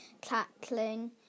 Cackling